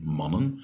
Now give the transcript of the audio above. mannen